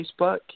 Facebook